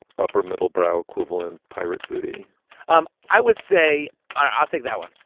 upper middlebrow equivalent pirate booty um i would say i'll take that one.